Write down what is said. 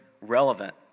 relevant